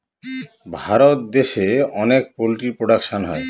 ভারত দেশে অনেক poultry production হয়